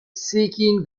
seeking